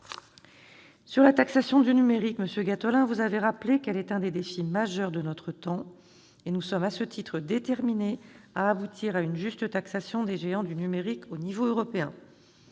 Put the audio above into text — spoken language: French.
la taxation du numérique, monsieur Gattolin, vous avez rappelé qu'elle est un des défis majeurs de notre temps. Nous sommes à ce titre déterminés à aboutir à une juste taxation des géants du numérique au niveau européen.